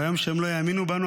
וביום שהם לא יאמינו בנו,